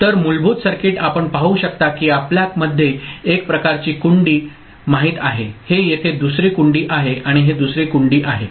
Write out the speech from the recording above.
तर मुलभूत सर्किट आपण पाहू शकता की आपल्यामध्ये एक प्रकारची कुंडी लॅच माहित आहे हे येथे दुसरे कुंडी आहे आणि हे दुसरे कुंडी आहे